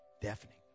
Deafening